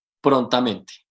prontamente